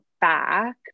back